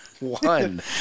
One